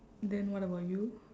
then what about you